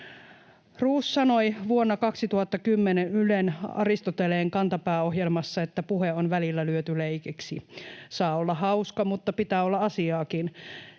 Roos sanoi vuonna 2010 Ylen Aristoteleen kantapää ‑ohjelmassa, että puhe on välillä lyöty leikiksi. ”Saa olla hauska, mutta pitää olla asiaakin.